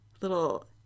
little